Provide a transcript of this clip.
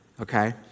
okay